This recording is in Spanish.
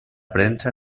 prensa